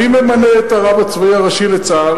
מי ממנה את הרב הצבאי הראשי לצה"ל?